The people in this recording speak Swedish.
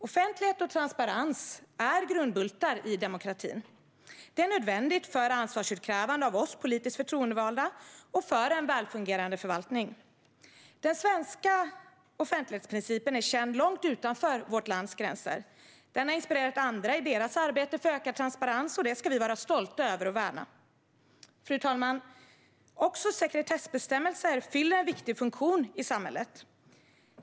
Offentlighet och transparens är grundbultar i demokratin. Det är nödvändigt för ansvarsutkrävande av oss politiskt förtroendevalda och för en välfungerande förvaltning. Den svenska offentlighetsprincipen är känd långt utanför vårt lands gränser. Den har inspirerat andra i deras arbete för ökad transparens. Det ska vi vara stolta över och värna. Fru talman! Också sekretessbestämmelser fyller en viktig funktion i samhället.